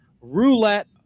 roulette